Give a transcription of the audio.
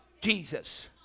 Jesus